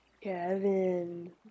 Kevin